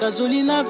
Gasolina